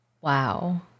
Wow